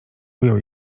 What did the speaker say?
ujął